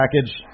package